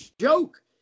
joke